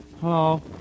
Hello